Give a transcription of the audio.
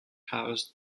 housed